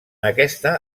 aquesta